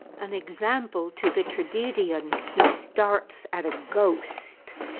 an example to the tragedian who starts at a ghost,